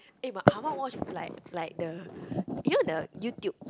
eh my ah ma watch like like the you know the YouTube